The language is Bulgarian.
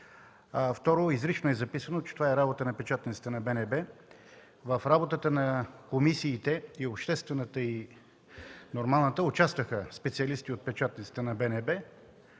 Второ, изрично е записано, че това е работа на печатницата на Българската народна банка. В работата на комисиите – и обществената, и нормалната, участваха специалисти от печатницата на БНБ,